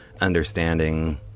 understanding